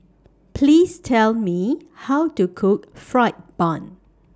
Please Tell Me How to Cook Fried Bun